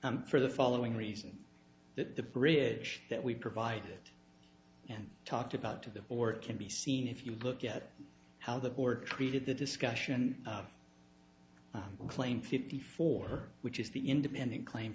evidence for the following reason that the bridge that we provided and talked about to the or it can be seen if you look at how the border treated the discussion claim fifty four which is the independent claim